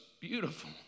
beautiful